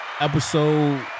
Episode